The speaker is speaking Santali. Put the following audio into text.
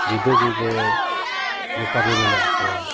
ᱡᱩᱫᱟᱹ ᱡᱩᱫᱟᱹ ᱵᱮᱯᱟᱨᱤᱨᱟᱹ ᱢᱮᱱᱟᱜ ᱠᱚᱣᱟ